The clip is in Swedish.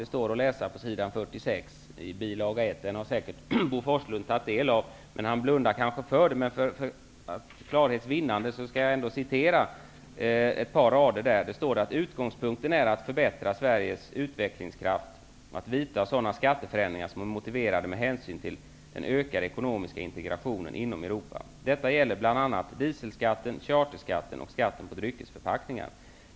Det står att läsa på s. 46 i bil. 1 -- den har Bo Forslund säker tagit del av, men han blundar kanske för det. För klarhets vinnande skall jag ändå citera ett par rader. Det står där: ''Utgångspunkten är att förbättra Sveriges utvecklingskraft och att vidta sådana skatteförändringar som är motiverade med hänsyn till den ökade ekonomiska integrationen inom Europa. Detta gäller bl.a. dieselskatten, charterskatten och skatten på dryckesförpackningar.